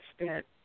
spent